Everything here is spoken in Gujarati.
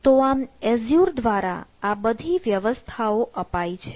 તો આમ એઝ્યુર દ્વારા આ બધી વ્યવસ્થાઓ અપાય છે